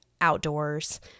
outdoors